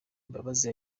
mbabazi